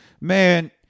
man